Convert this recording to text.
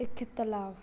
इख़्तिलाफ़ु